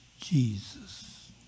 Jesus